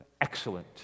excellent